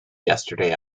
yesterday